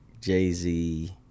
Jay-Z